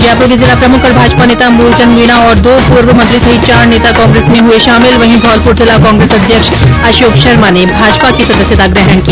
जयप्र के जिला प्रमुख और भाजपा नेता मूलचंद मीणा तथा दो पूर्व मंत्री सहित चार नेता कांग्रेस में हुए शामिल वहीं धौलपुर जिला कांग्रेस अध्यक्ष अशोक शर्मा ने भाजपा की सदस्यता ग्रहण की